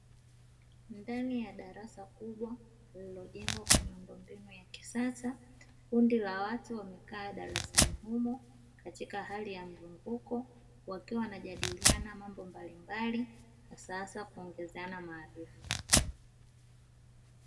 Ndani yadarasa kubwa lilijengwa kwamiundombinu ya kisasa kundi la watu wamekaa darasani humo katika hali ya mzunguko wakiwa wanajadiliana mambo mbalimbali hasahasa kuongezeana maarifa.